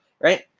right